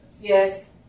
Yes